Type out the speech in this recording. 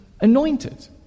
anointed